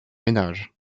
ménages